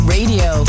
Radio